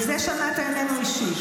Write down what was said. ואת זה שמעת ממנו אישית?